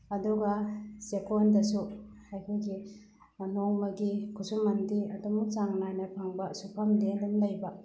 ꯑꯗꯨꯒ ꯆꯦꯛꯀꯣꯟꯗꯁꯨ ꯑꯩꯈꯣꯏꯒꯤ ꯅꯣꯡꯃꯒꯤ ꯈꯨꯠꯁꯨꯃꯟꯗꯤ ꯑꯗꯨꯃꯛ ꯆꯥꯡ ꯅꯥꯏꯅ ꯐꯪꯕ ꯁꯨꯐꯝꯗꯤ ꯑꯗꯨꯝ ꯂꯩꯕ